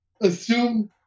assume